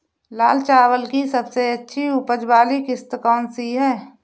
लाल चावल की सबसे अच्छी उपज वाली किश्त कौन सी है?